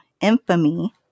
infamy